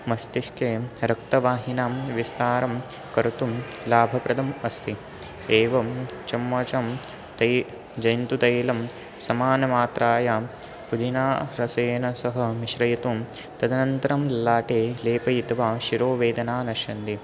मस्तिष्के रक्तवाहिनां विस्तारं कर्तुं लाभप्रदम् अस्ति एवं चम्मचं तै जयन्तुतैलं समानमात्रायां पुदिनारसेन सह मिश्रयितुं तदनन्तरं ललाटे लेपयित्वा शिरोवेदना नश्यन्ति